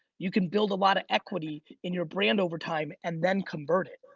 you can build a lot of equity in your brand over time and then convert it.